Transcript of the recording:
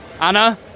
Anna